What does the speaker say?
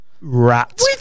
rat